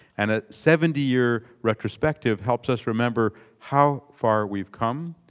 and a seventy year retrospective helps us remember how far we've come,